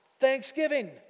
thanksgiving